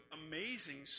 amazing